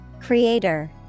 Creator